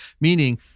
meaning